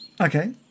okay